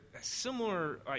similar